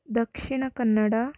Dakshina Kannada